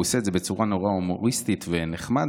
הוא עושה את זה בצורה נורא הומוריסטית ונחמדה,